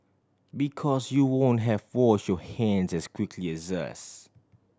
because you won't have wash your hands as quickly as us